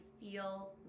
feel